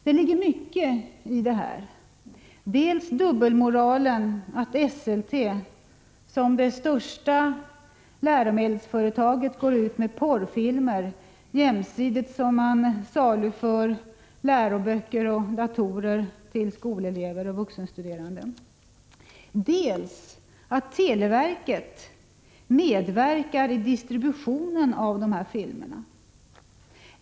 Det ligger mycket i detta; dels dubbelmoralen att Esselte som det största läromedelsföretaget går ut med porrfilmer jämsides med saluförandet av läroböcker och datorer till skolelever och vuxenstuderande, dels televerkets medverkan vid distributionen av dessa filmer.